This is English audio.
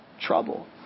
trouble